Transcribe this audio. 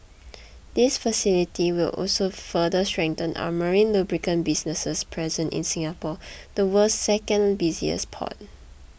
this facility will also further strengthen our marine lubricant business's presence in Singapore the world's second busiest port